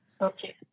Okay